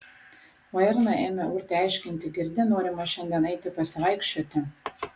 o erna ėmė urtei aiškinti girdi norima šiandien eiti pasivaikščioti